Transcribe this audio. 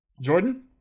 Jordan